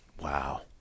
Wow